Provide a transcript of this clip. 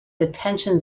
detention